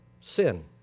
Sin